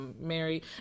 Mary